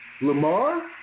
Lamar